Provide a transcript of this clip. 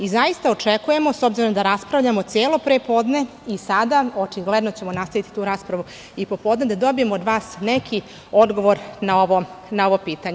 Očekujemo, s obzirom da raspravljamo celo prepodne, i sada, očigledno ćemo nastaviti tu raspravu popodne, da dobijemo od vas neki odgovor na ovo pitanje.